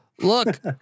Look